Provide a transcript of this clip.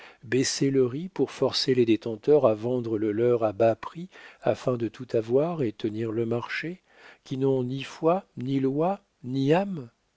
baisser le riz pour forcer les détenteurs à vendre le leur à bas prix afin de tout avoir et tenir le marché qui n'ont ni foi ni loi ni